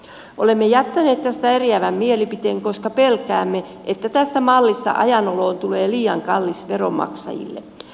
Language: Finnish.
olemme jättäneet tästä eriävän mielipiteen koska pelkäämme että tästä mallista ajan oloon tulee liian kallis veronmaksajille